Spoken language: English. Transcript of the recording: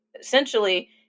Essentially